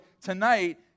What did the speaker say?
tonight